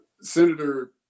Senator